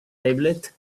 tablet